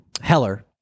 Heller